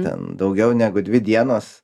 ten daugiau negu dvi dienos